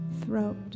throat